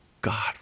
God